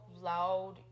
loud